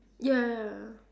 ya ya